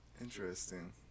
Interesting